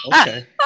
Okay